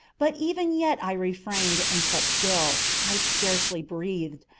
but even yet i refrained and kept still. i scarcely breathed.